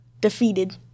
defeated